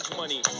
money